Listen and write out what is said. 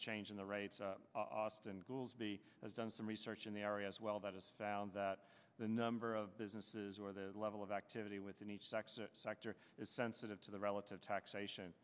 change in the right austin goolsbee has done some research in the area as well that has found that the number of businesses or the level of activity within each sector is sensitive to the relative taxation